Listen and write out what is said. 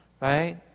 Right